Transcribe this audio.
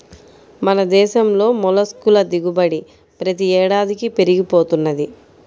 మన దేశంలో మొల్లస్క్ ల దిగుబడి ప్రతి ఏడాదికీ పెరిగి పోతున్నది